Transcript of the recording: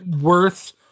Worth